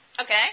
Okay